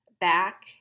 back